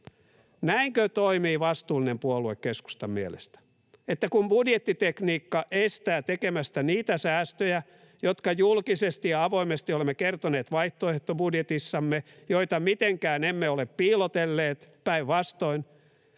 Näinkö toimii vastuullinen puolue keskustan mielestä? Että kun budjettitekniikka estää tekemästä niitä säästöjä, jotka julkisesti ja avoimesti olemme kertoneet vaihtoehtobudjetissamme, joita mitenkään emme ole piilotelleet, päinvastoin